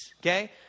Okay